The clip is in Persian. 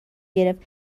گرفت